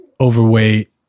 overweight